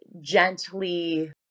gently